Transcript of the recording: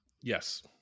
Yes